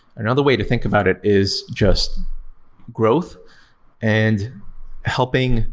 another way to think about it is just growth and helping